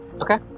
Okay